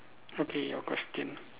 okay your question